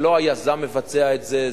זה לא היזם מבצע את זה.